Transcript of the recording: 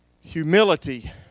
Humility